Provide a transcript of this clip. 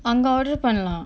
அங்க:anga order பண்லாம்:panlaam